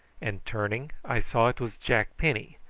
and turning i saw it was jack penny,